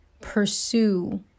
pursue